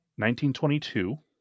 1922